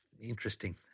interesting